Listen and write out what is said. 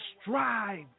strive